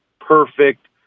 perfect